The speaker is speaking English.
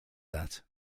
that